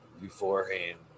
beforehand